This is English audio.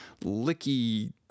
licky